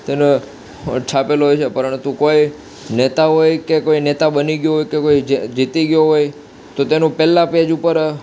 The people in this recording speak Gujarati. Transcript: તેનો છાપેલો હોય છે પરંતુ કોઈ નેતા હોય કે કોઈ નેતા બની ગયો હોય કે કોઈ જીતી ગયો હોય તો તેનું પહેલા પેજ ઉપર